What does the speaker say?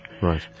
Right